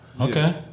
Okay